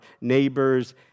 neighbors